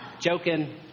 Joking